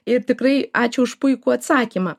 ir tikrai ačiū už puikų atsakymą